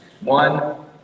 One